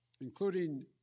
including